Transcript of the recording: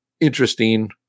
Interesting